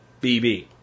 BB